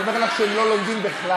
אני אומר לך שהם לא לומדים בכלל.